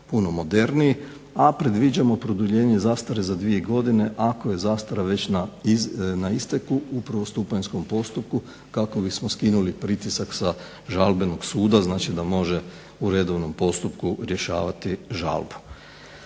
puno moderniji. A predviđamo produljenje zastare za dvije godine ako je zastara već na isteku u prvostupanjskom postupku kako bismo skinuli pritisak sa žalbenog suda, znači da može u redovnom postupku rješavati žalbu.